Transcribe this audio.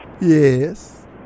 Yes